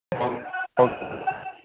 okay okay